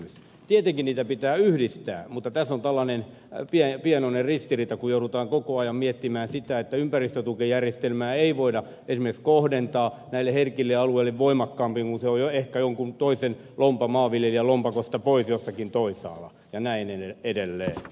tietenkin niitä pitää yhdistää mutta tässä on tällainen pienoinen ristiriita kun joudutaan koko ajan miettimään sitä että ympäristötukijärjestelmää ei voida esimerkiksi kohdentaa näille herkille alueille voimakkaammin kun se on ehkä jonkun toisen maanviljelijän lompakosta pois jossakin toisaalla ja niin edelleen